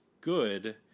good